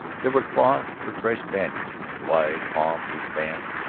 there were cloths for fresh bandages, wide palm-leaf fans.